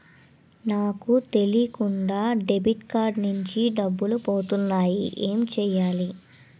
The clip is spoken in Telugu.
నాకు తెలియకుండా డెబిట్ కార్డ్ నుంచి డబ్బులు పోతున్నాయి ఎం చెయ్యాలి?